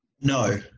No